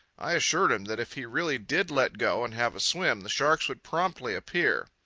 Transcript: i assured him that if he really did let go and have a swim the sharks would promptly appear.